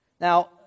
Now